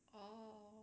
uh oh